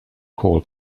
call